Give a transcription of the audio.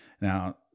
Now